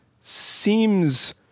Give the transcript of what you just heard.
seems